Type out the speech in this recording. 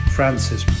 Francis